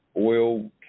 oil